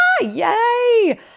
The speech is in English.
yay